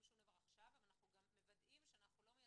זיהוי "מאמצי התשלום" לא "של